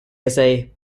essay